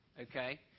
Okay